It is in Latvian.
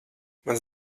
mans